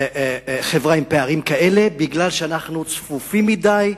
חברה, עם פערים כאלה, כי אנחנו צפופים מדי,